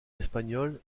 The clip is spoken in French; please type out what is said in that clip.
espagnole